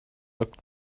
looked